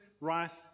rice